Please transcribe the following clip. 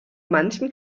manchem